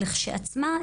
לכשעצמה,